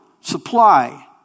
Supply